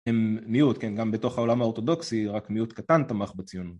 הם מיעוט, גם בתוך העולם האורתודוקסי רק מיעוט קטן תמך בציונות.